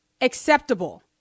acceptable